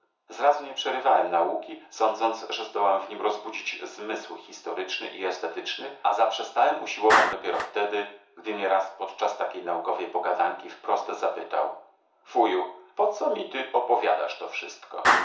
zrazu nie przerywałem nauki sądząc że zdołam w nim rozbudzić zmysł historyczny i estetyczny a zaprzestałem usiłowań dopiero wtedy gdy mnie raz podczas takiej naukowej pogadanki wprost zapytał wuju po co mi ty opowiadasz to wszystko